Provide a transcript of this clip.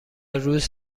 روز